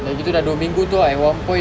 dah gitu dah dua minggu tu at one point